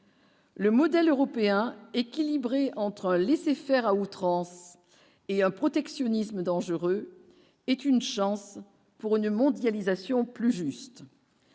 Le modèle européen équilibré entre laisser-faire à outrance et un protectionnisme dangereuse est une chance pour une mondialisation plus juste